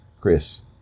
chris